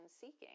seeking